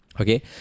Okay